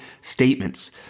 statements